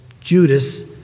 Judas